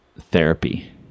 therapy